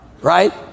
right